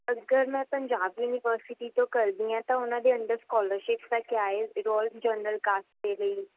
ਅਗਰ ਮੈਂ ਪੰਜਾਬ ਯੂਨੀਵਰਸਿਟੀ ਤੋਂ ਕਰਦੀ ਹੈ ਤਾਂ ਉਨ੍ਹਾਂ ਦੇ ਅੰਡਰ ਸਕੋਲਰਸ਼ਿਪ ਦਾ ਕਿਆ ਹੈ ਜਨਰਲ ਕਾਸਟ ਦੇ ਲਈ